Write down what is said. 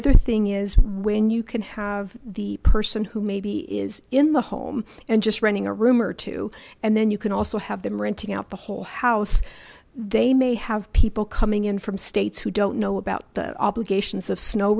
other thing is when you can have the person who maybe is in the home and just renting a rumor to and then you can also have them renting out the whole house they may have people coming in from states who don't know about the obligations of snow